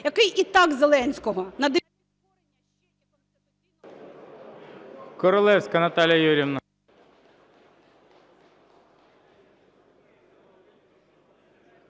який і так Зеленського